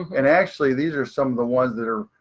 and actually, these are some of the ones that are,